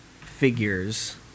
figures